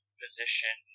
position